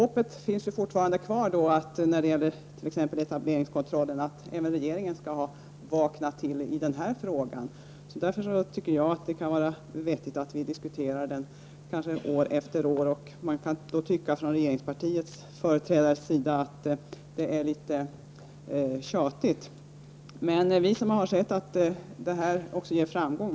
Hoppet finns då fortfarande kvar att regeringen skall vakna till även i frågan om etableringskontrollen. Därför tycker jag att det är vettigt att vi diskuterar frågan år efter år, även om företrädarna för regeringspartiet kan tycka att det blir litet tjatigt. Vi fortsätter alltså på det sättet, eftersom vi har sett att det kan ge framgång.